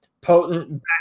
potent